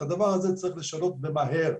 את הדבר הזה צריך לשנות, ומהר.